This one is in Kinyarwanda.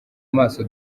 amaso